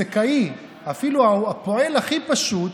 הבורסקאי, אפילו הפועל הכי פשוט,